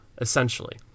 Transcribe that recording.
essentially